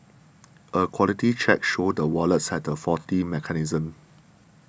a quality check showed the wallets had a faulty mechanism